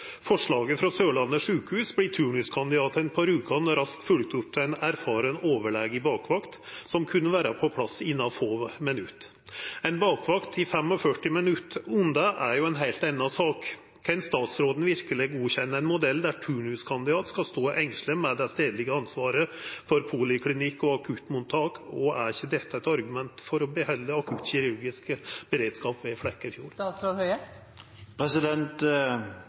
forslaget frå Sørlandet sjukehus vart turnuskandidatane på Rjukan raskt følgde opp av ein erfaren overlege i bakvakt som kunne vera på plass innan få minutt. Ei bakvakt 45 minutt unna er jo ei heilt anna sak. Kan statsråden verkeleg godkjenna ein modell der turnuskandidatar skal stå engstelege med det stadlege ansvaret for poliklinikk og akuttmottak, og er ikkje dette eit argument for å behalda den kirurgiske beredskapen i Flekkefjord?